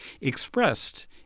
expressed